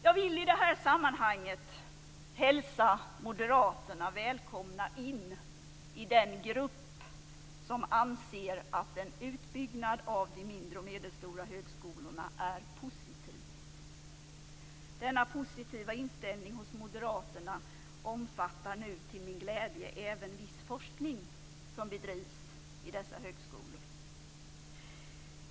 Jag vill i det här sammanhanget hälsa moderaterna välkomna in i den grupp som anser att en utbyggnad av de mindre och medelstora högskolorna är positiv. Denna positiva inställning hos moderaterna omfattar nu till min glädje även viss forskning som bedrivs vid dessa högskolor.